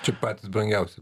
tik patys brangiausi